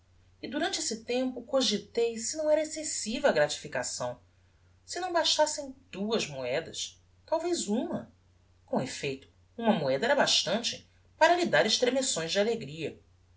e durante esse tempo cogitei se não era excessiva a gratificação se não bastavam duas moedas talvez uma com effeito uma moeda era bastante para lhe dar estremeções de alegria